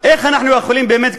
איך אנחנו יכולים באמת,